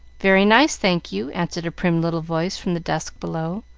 very nice, thank you, answered a prim little voice from the dusk below,